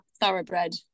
thoroughbred